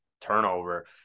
turnover